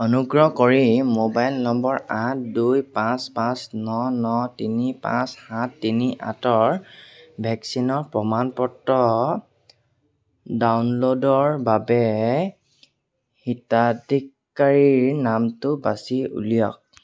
অনুগ্ৰহ কৰি mobile number আঠ দুই পাঁচ পাঁচ ন ন তিনি পাঁচ সাত তিনি আঠৰ ভেকচিনৰ প্ৰমাণ পত্ৰ ডাউনলোডৰ বাবে হিতাধিকাৰীৰ নামটো বাছি উলিয়াওক